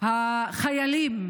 החיילים